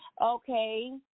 Okay